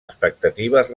expectatives